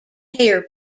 hair